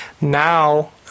now